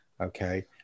Okay